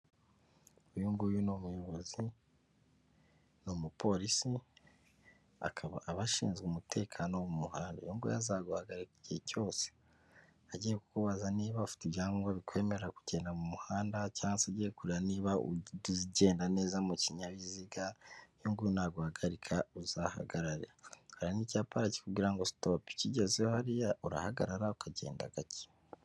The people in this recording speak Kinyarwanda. Uyu nguyu ni umuyobozi, ni umupolisi akaba abashinzwe umutekano wo mu muhanda, uyu nguyu azaguhagarika igihe cyose, agiye kukubaza niba ufite ibyangombwa bikwemerera kugenda mu muhanda, cyangwage kure niba ugenda neza mu kinyabiziga, uyu nguyu nagugarika uzahagarare, hari n'icyapa hariya kikubwira ngo sitopu ukigezeho hariya urahagarara ukagenda gake.